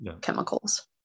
chemicals